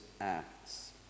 acts